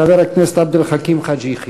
חבר הכנסת עבד אל חכים חאג' יחיא.